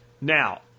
Now